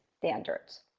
standards